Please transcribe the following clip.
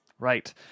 Right